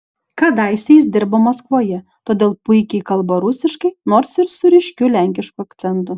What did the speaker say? kadaise jis dirbo maskvoje todėl puikiai kalba rusiškai nors ir su ryškiu lenkišku akcentu